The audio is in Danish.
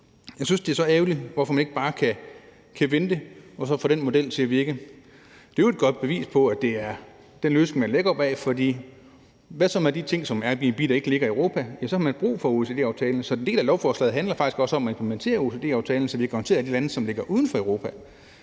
Jeg synes, det er så ærgerligt, at man ikke bare kan vente og få den model fra OECD til at virke. Der er i øvrigt et godt bevis på, at det er den løsning, man lægger sig op ad, for hvad med sådan noget som Airbnb, der ikke ligger i Europa? Der har man brug for OECD-modellen. Så en del af lovforslaget handler faktisk også om at implementere OECD-modellen, så vi kan håndtere de lande, der ligger uden for Europa.